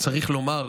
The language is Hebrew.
צריך לומר,